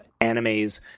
animes